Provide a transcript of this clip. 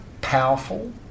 powerful